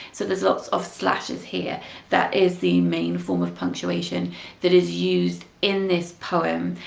so there's lots of slashes here that is the main form of punctuation that is used in this poem,